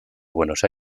buenos